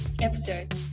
episode